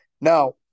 Now